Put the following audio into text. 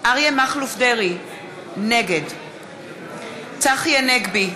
אריה מכלוף דרעי, נגד צחי הנגבי,